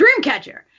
Dreamcatcher